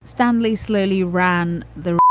stanley slowly ran the.